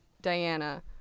Diana